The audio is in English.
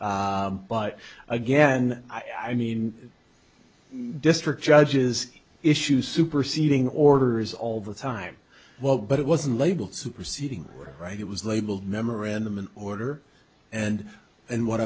place but again i mean district judges issue superseding orders all the time well but it wasn't labeled superseding right it was labeled memorandum an order and and what